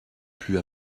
plus